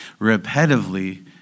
Repetitively